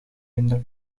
minder